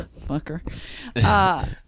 fucker